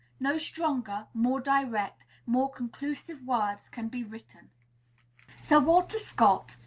no stronger, more direct, more conclusive words can be written sir walter scott,